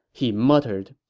he muttered,